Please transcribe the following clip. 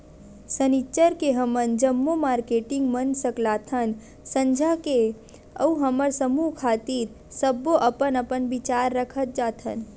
सनिच्चर के हमन जम्मो मारकेटिंग मन सकलाथन संझा के अउ हमर समूह खातिर सब्बो अपन अपन बिचार रखत जाथन